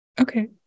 Okay